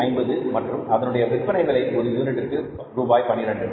50 மற்றும் அதனுடைய விற்பனை விலை ஒரு யூனிட்டிற்கு ரூபாய் 12